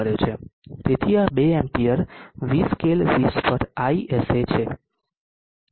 તેથી આ 2 ampere V scale 20 પર ISA છે